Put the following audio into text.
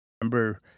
remember